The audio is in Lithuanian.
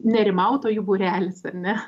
nerimautojų būrelis ar ne